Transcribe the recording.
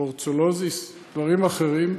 בורצולוזיס, דברים אחרים,